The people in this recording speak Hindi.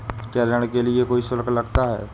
क्या ऋण के लिए कोई शुल्क लगता है?